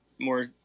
more